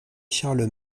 charles